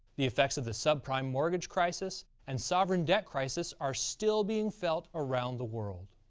the effects of the sub-prime mortgage crisis and sovereign debt crisis are still being felt around the world.